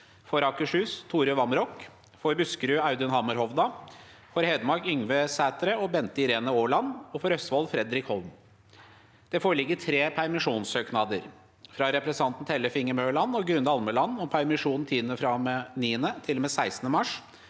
For Akershus: Tore Vamraak For Buskerud: Audun Hammer Hovda For Hedmark: Yngve Sætre og Bente Irene Aaland For Østfold: Fredrik Holm Det foreligger tre permisjonssøknader: – fra representantene Tellef Inge Mørlandog Grunde Almelandom permisjon i tiden fra og med 9. til